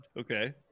okay